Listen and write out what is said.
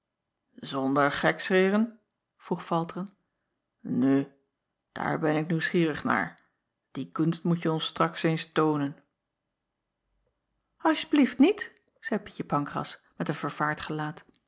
onder gekscheren vroeg alteren nu daar ben ik nieuwsgierig naar die kunst moetje ons straks eens toonen ls t je blieft niet zeî ietje ancras met een vervaard gelaat